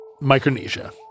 Micronesia